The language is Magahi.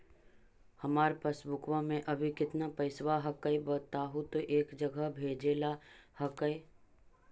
हमार पासबुकवा में अभी कितना पैसावा हक्काई बताहु तो एक जगह भेजेला हक्कई?